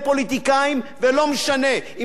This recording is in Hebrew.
ולא משנה אם מהעבודה,